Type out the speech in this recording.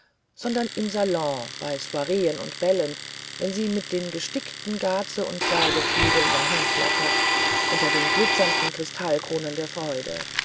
sondern im salon bei soireen und bällen wenn sie mit den gestickten gaze und seidenflügeln dahinflattert unter den blitzenden kristallkronen der freude